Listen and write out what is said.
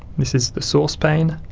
this is the source pane.